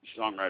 songwriter